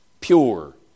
pure